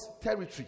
territory